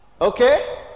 Okay